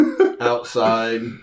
outside